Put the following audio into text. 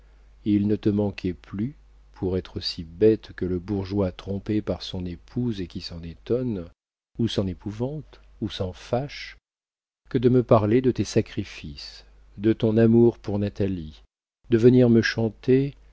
il ne te manquait plus pour être aussi bête que le bourgeois trompé par son épouse et qui s'en étonne ou s'en épouvante ou s'en fâche que de me parler de tes sacrifices de ton amour pour natalie de venir me chanter